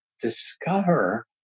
discover